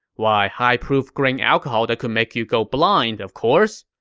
why, high-proof grain alcohol that could make you go blind, of course.